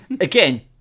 Again